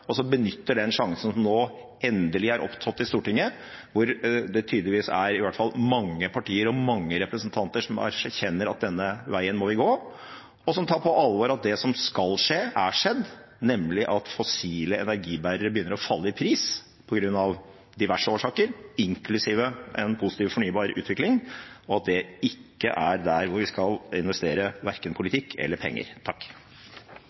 og at man benytter den sjansen som nå endelig er oppstått i Stortinget, hvor det tydeligvis er i hvert fall mange partier og mange representanter som erkjenner at denne veien må vi gå, og som tar på alvor at det som skal skje, er skjedd, nemlig at fossile energibærere begynner å falle i pris av diverse årsaker – inklusiv en positiv fornybar utvikling – og at det ikke er der vi skal investere verken politikk eller penger.